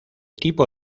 tipo